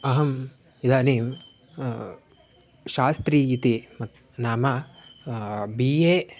अहम् इदानीं शास्त्री इति नाम बी ए